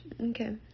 Okay